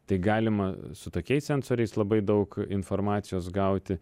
tai galima su tokiais sensoriais labai daug informacijos gauti